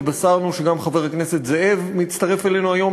התבשרנו שגם חבר הכנסת זאב מצטרף אלינו היום,